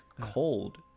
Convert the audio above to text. Cold